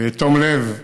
בתום לב,